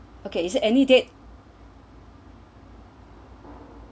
okay is there any date